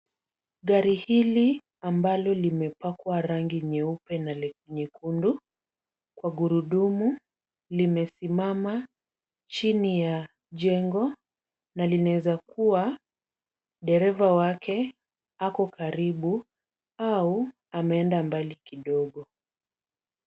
Gari hili ambalo limepakwa rangi nyeupe na nyekundu kwa gurudumu, limesimama chini ya jengo na inaweza kuwa dereva wake ako karibu au ameenda mbali kidogo.